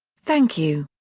thank you.